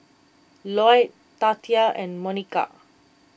Lloyd Tatia and Monika